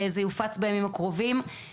זה יופץ בימים הקרובים.